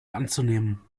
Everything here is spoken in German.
anzunehmen